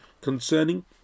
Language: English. concerning